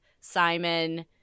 Simon